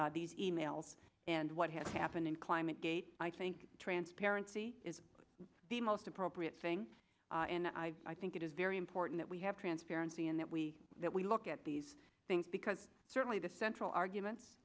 these e mails and what has happened in climate gate i think transparency is the most appropriate thing and i think it is very important that we have transparency and that we that we look at these things because certainly the central arguments